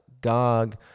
gog